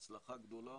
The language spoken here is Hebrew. הצלחה גדולה,